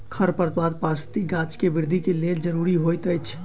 खरपात पारिस्थितिकी गाछ के वृद्धि के लेल ज़रूरी होइत अछि